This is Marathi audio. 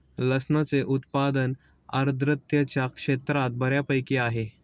लसणाचे उत्पादन आर्द्रतेच्या क्षेत्रात बऱ्यापैकी आहे